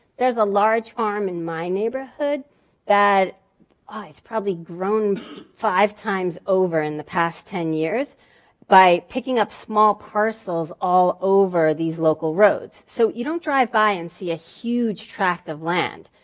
there's a large farm in my neighborhood that ah is probably grown five times over in the past ten years by picking up small parcels all over these local roads. so you don't drive by and see a huge tract of land.